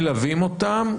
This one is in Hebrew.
מלווים אותם,